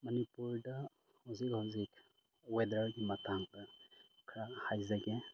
ꯃꯅꯤꯄꯨꯔꯗ ꯍꯧꯖꯤꯛ ꯍꯧꯖꯤꯛ ꯋꯦꯗꯔꯒꯤ ꯃꯇꯥꯡꯗ ꯈꯔ ꯍꯥꯏꯖꯒꯦ